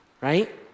right